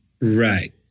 Right